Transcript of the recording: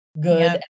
good